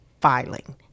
filing